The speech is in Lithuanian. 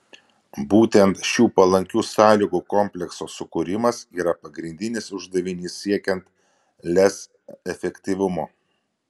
būtent šių palankių sąlygų komplekso sukūrimas yra pagrindinis uždavinys siekiant lez efektyvumo